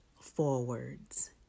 forwards